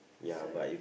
so ya